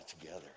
together